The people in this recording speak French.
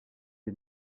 les